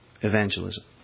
evangelism